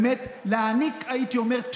הייתי אומר,